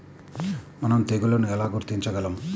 మనం తెగుళ్లను ఎలా గుర్తించగలం?